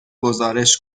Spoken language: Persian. گزارش